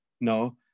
No